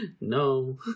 No